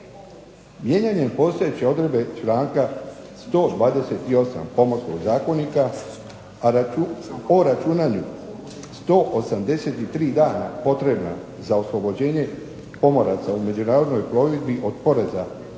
Mijenjanjem postojeće odredbe članka 128. Pomorskog zakonika o računanju 183 dana potrebna za oslobođenje pomoraca u međunarodnoj plovidbi od poreza